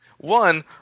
One